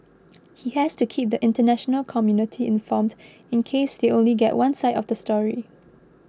he has to keep the international community informed in case they only get one side of the story